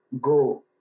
go